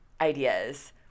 ideas